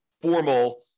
formal